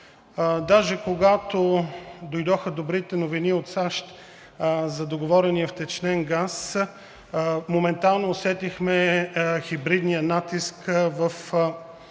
Даже когато дойдоха добрите новини от САЩ за договорения втечнен газ, моментално усетихме хибридния натиск в социалните